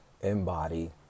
embody